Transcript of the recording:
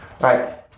right